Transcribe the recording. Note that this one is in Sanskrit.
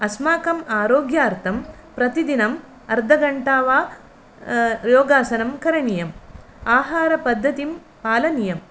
अस्माकम् आरोग्यार्थं प्रतिदिनम् अर्धघण्टा वा योगासनं करणीयम् आहारपद्धतिं पालनीयम्